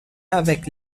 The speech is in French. avec